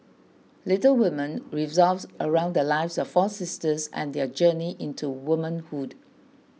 Little Women revolves around the lives of four sisters and their journey into womanhood